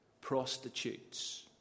prostitutes